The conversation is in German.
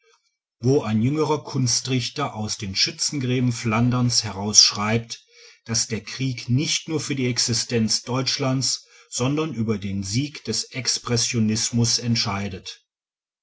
wo ein jüngerer kunstrichter aus den schützengräben flanderns heraus schreibt daß der krieg nicht nur für die existenz deutschlands sondern über den sieg des expressionismus entscheidet